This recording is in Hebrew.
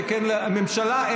שכן הממשלה,